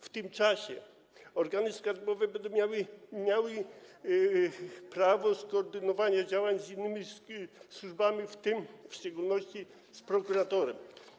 W tym czasie organy skarbowe będą miały prawo skoordynowania działań z innymi służbami, w tym w szczególności z prokuratorem.